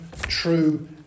true